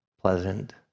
pleasant